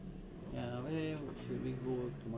mm prata